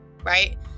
Right